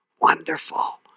wonderful